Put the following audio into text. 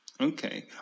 Okay